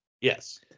Yes